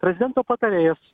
prezidento patarėjas